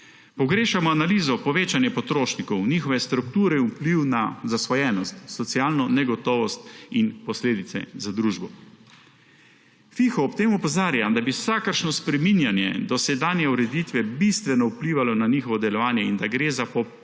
Pogrešamo analizo povečanja potrošnikov, njihove strukture in vpliva na zasvojenost, socialno negotovost in posledic za družbo. FIHO ob tem opozarja, da bi vsakršno spreminjanje dosedanje ureditve bistveno vplivalo na njihovo delovanje in da gre za popolno